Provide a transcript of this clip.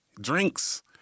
Drinks